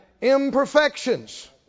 imperfections